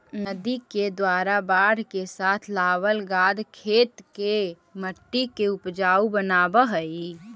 नदि के द्वारा बाढ़ के साथ लावल गाद खेत के मट्टी के ऊपजाऊ बनाबऽ हई